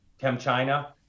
ChemChina